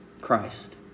Christ